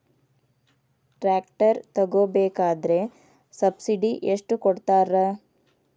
Tractor ತಗೋಬೇಕಾದ್ರೆ subsidy ಎಷ್ಟು ಕೊಡ್ತಾರ?